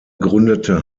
gründete